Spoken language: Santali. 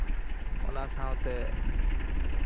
ᱚᱱᱟ ᱥᱟᱶᱛᱮ